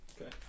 Okay